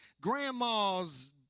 grandmas